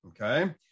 Okay